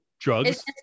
drugs